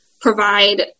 provide